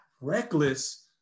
reckless